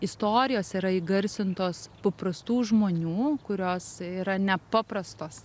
istorijos yra įgarsintos paprastų žmonių kurios yra nepaprastos